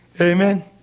Amen